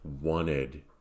wanted